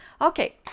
Okay